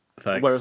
Thanks